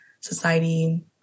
society